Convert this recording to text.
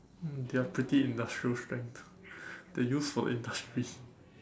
mm there are pretty industrial strength too they are used for industry